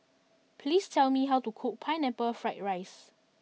please tell me how to cook Pineapple Fried Rice